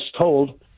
told